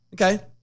Okay